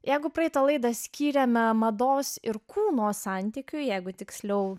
jeigu praeitą laidą skyrėme mados ir kūno santykių jeigu tiksliau